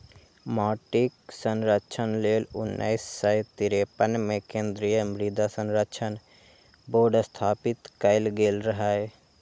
माटिक संरक्षण लेल उन्नैस सय तिरेपन मे केंद्रीय मृदा संरक्षण बोर्ड स्थापित कैल गेल रहै